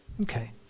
Okay